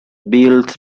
built